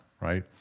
right